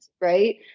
right